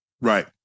Right